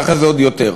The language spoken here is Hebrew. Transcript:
ואחרי זה עוד יותר.